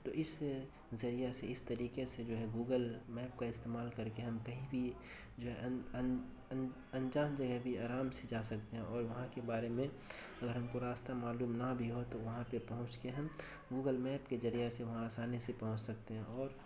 تو اس ذریعہ سے اس طریقے سے جو ہے گوگل میپ کا استعمال کر کے ہم کہیں بھی جو انجان جگہ بھی آرام سے جا سکتے ہیں اور وہاں کے بارے میں اگر ہم کو راستہ معلوم نہ بھی ہو تو وہاں پہ پہنچ کے ہم گوگل میپ کے ذریعے سے وہاں آسانی سے پہنچ سکتے ہیں اور